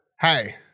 hey